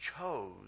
chose